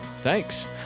thanks